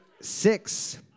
six